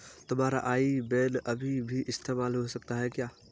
तुम्हारा IBAN अभी भी इस्तेमाल हो सकता है क्या?